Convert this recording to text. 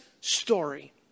story